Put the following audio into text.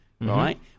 right